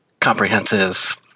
comprehensive